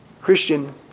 Christian